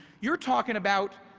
you're talking about